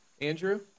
Andrew